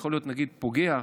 יכול להיות נגיד פוגע,